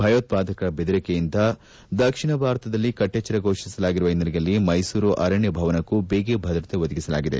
ಭಯೋತ್ಪಾದಕರ ಬೆದರಿಕೆಯಿಂದ ದಕ್ಷಿಣ ಭಾರತದಲ್ಲಿ ಕಟ್ಟೆಚ್ಚರ ಫೋಷಿಸಿರುವ ಹಿನ್ನೆಲೆಯಲ್ಲಿ ಮೈಸೂರು ಅರಣ್ಯ ಭವನಕ್ಕೂ ಬಿಗಿ ಭದ್ರತೆ ಒದಗಿಸಲಾಗಿದೆ